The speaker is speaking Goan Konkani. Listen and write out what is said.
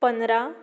पंदरा